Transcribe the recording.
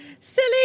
Silly